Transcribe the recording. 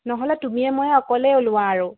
নহ'লে তুমিয়ে ময়ে অকলে ওলোৱা আৰু